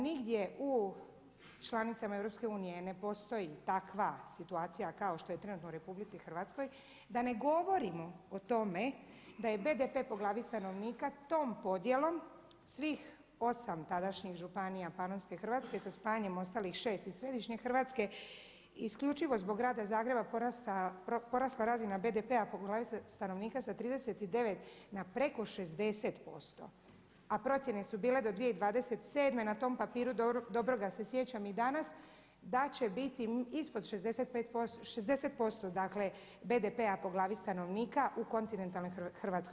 Nigdje u članicama EU ne postoji takva situacija kao što je trenutno u RH, da ne govorimo o tome da je BDP po glavi stanovnika tom podjelom, svih 8 tadašnjih županija Panonske Hrvatske sa spajanjem ostalih 6 iz središnje Hrvatske isključivo zbog grada Zagreba porasla razina BDP-a po glavi stanovnika sa 39 na preko 60% a procjene su bile do 2027. na tom papiru, dobro ga se sjećam i danas, da će biti ispod 60% dakle BDP-a po glavi stanovnika u Kontinentalnoj Hrvatskoj.